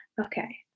Okay